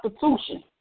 constitution